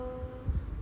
err